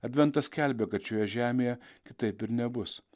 adventas skelbia kad šioje žemėje kitaip ir nebus